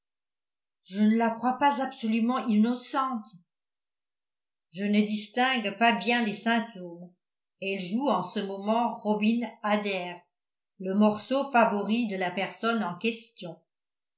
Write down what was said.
je ne la crois pas absolument innocente je ne distingue pas bien les symptômes elle joue en ce moment robin adair le morceau favori de la personne en question